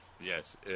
Yes